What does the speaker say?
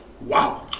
Wow